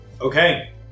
Okay